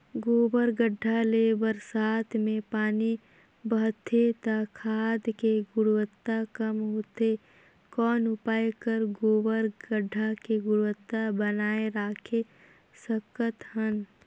गोबर गढ्ढा ले बरसात मे पानी बहथे त खाद के गुणवत्ता कम होथे कौन उपाय कर गोबर खाद के गुणवत्ता बनाय राखे सकत हन?